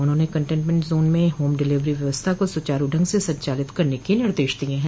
उन्होंने containment zone में home delivery व्यवस्था को सुचारू ढंग से संचालित करने के निर्देश दिए हैं